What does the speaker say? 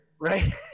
Right